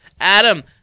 Adam